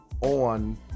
on